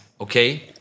okay